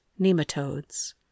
nematodes